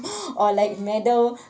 or like meddle